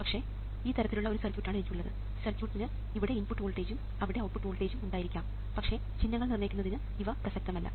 പക്ഷേ ഈ തരത്തിലുള്ള ഒരു സർക്യൂട്ട് ആണ് എനിക്കുള്ളത് സർക്യൂട്ടിന് ഇവിടെ ഇൻപുട്ട് വോൾട്ടേജും അവിടെ ഔട്ട്പുട്ട് വോൾട്ടേജും ഉണ്ടായിരിക്കാം പക്ഷേ ചിഹ്നങ്ങൾ നിർണ്ണയിക്കുന്നതിന് ഇവ പ്രസക്തമല്ല